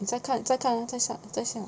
你再看再看 lor 再下再下